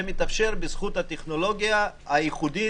זה מתאפשר בזכות הטכנולוגיה הייחודית